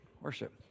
worship